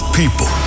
people